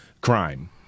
crime